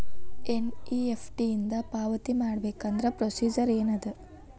NEFT ಇಂದ ಪಾವತಿ ಮಾಡಬೇಕಂದ್ರ ಪ್ರೊಸೇಜರ್ ಏನದ